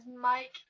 Mike